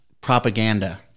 propaganda